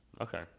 okay